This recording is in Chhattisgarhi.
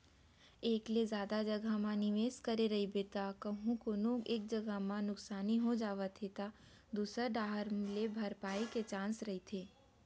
एक ले जादा जघा म निवेस करे रहिबे त कहूँ कोनो एक जगा म नुकसानी हो जावत हे त दूसर डाहर ले भरपाई के चांस रहिथे